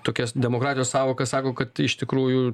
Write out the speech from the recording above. tokias demokratijos sąvoka sako kad iš tikrųjų